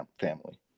family